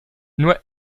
nur